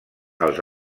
als